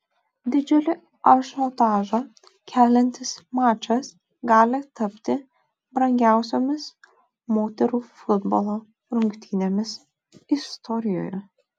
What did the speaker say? didžiulį ažiotažą keliantis mačas gali tapti brangiausiomis moterų futbolo rungtynėmis istorijoje